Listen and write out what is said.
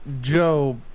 Joe